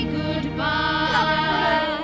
goodbye